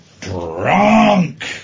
drunk